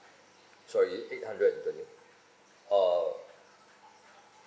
sorry eight hundred and twenty uh